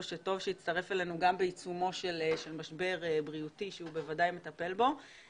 שטוב שהצטרף אלינו גם בעיצומו של משבר בריאותי שהוא בוודאי מטפל בו